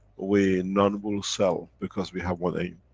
we, none will sell, because we have one aim,